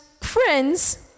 friends